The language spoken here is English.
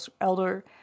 Elder